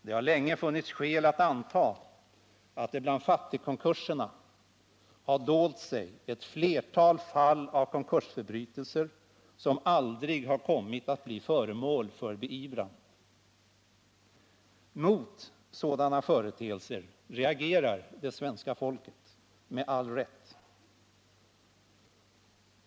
Det har länge funnits skäl att anta, att det bland fattigkonkurserna har dolt sig ett flertal fall av konkursförbrytelser, som aldrig har kommit att bli föremål för beivran. Mot sådana företeelser reagerar det svenska folket — med all rätt.